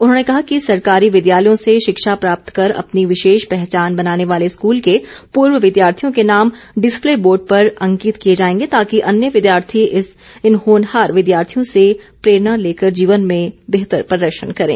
उन्होंने कहा कि सरकारी विद्यालयों से शिक्षा प्राप्त कर अपनी विशेष पहचान बनाने वार्ले स्कूल के पूर्व विद्यार्थियों के नाम डिस्पले बोर्ड पर अंकित किये जायेंगे ताकि अन्य विद्यार्थी इन होनहार विद्यार्थियों से प्रेरणा लेकर जीवन में उत्कृष्ट प्रदर्शन करें